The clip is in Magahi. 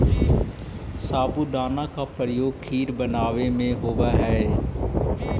साबूदाना का प्रयोग खीर बनावे में होवा हई